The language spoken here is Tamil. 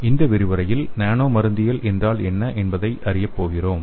எனவே இந்த விரிவுரையில் நானோ மருந்தியல் என்றால் என்ன என்பதை அறியப் போகிறோம்